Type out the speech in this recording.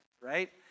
right